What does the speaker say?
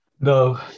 no